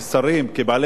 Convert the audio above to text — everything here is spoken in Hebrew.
כבעלי תפקידים,